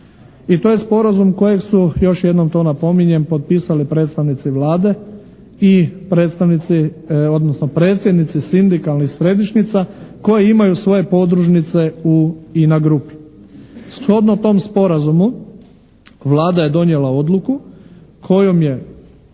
i to je sporazum koje su, još jednom to napominjem, potpisali predstavnici Vlade i predstavnici, odnosno predsjednici sindikalnih središnjica koji imaju svoje podružnice u INA grupi. Shodno tom sporazumu Vlada je donijela odluku kojom je